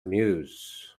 meuse